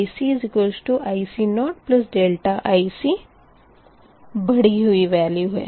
ICIC0IC बढ़ी हुई value है